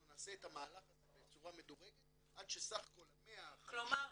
נעשה את המהלך הזה בצורה מדורגת עד שסך כל ה-150 רופאים -- כלומר,